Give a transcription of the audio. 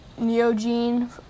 Neogene